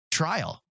trial